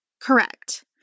Correct